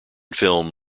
film